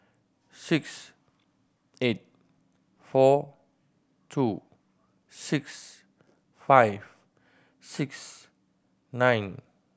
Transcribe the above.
six eight four two six five six nine